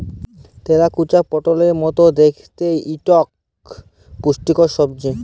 তেলাকুচা পটলের মত দ্যাইখতে ইকট পুষ্টিকর সবজি